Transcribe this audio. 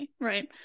right